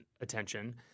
attention